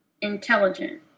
intelligent